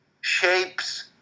shapes